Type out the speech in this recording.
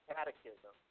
Catechism